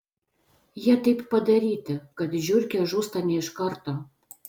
jie taip padaryti kad žiurkė žūsta ne iš karto